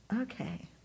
Okay